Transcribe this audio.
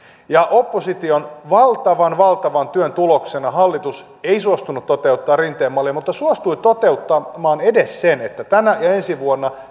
opposition valtavan valtavan työn tuloksena hallitus ei suostunut toteuttamaan rinteen mallia mutta suostui toteuttamaan edes sen että tänä ja ensi vuonna